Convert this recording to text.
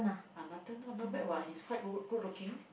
ah Nathan ah not bad what he's quite good good looking